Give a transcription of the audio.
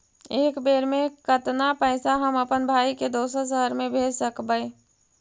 एक बेर मे कतना पैसा हम अपन भाइ के दोसर शहर मे भेज सकबै?